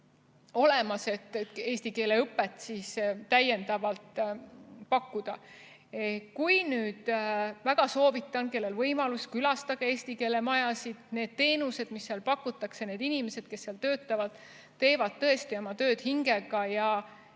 olemas, et eesti keele õpet täiendavalt pakkuda. Väga soovitan, kellel on võimalus, külastage eesti keele majasid. Need teenused, mis seal pakutakse, on head, ja need inimesed, kes seal töötavad, teevad tõesti oma tööd hingega.